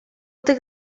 tych